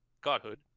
Godhood